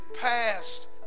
past